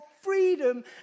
freedom